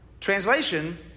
Translation